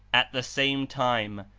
at the same time,